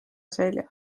selja